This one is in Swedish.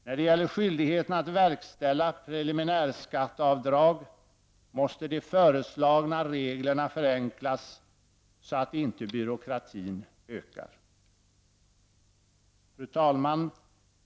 När det gäller skyldigheten att verkställa preliminärskatteavdrag måste de föreslagna reglerna förenklas så att inte byråkratin ökar. Fru talman!